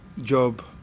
job